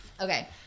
Okay